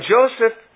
Joseph